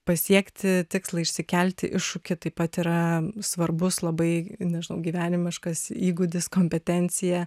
pasiekti tikslą išsikelti iššūkį taip pat yra svarbus labai nežinau gyvenimiškas įgūdis kompetencija